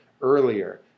earlier